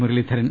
Muraleedharan